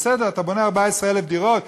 בסדר, אתה בונה 14,000 דירות?